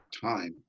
time